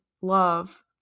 love